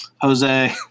jose